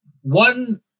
One